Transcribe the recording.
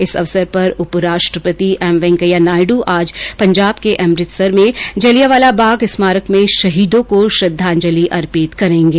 इस अवसर पर उप राष्ट्रपति एम वेंकैया नायडू आज पंजाब के अमृतसर में जलियांवाला बाग स्मारक में शहीदों को श्रद्वांजलि अर्पित करेंगे